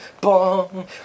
bong